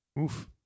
Oof